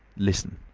listen!